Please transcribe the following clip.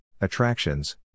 attractions